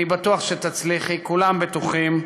אני בטוח שתצליחי, כולם בטוחים.